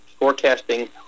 Forecasting